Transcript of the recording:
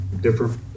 different